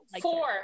four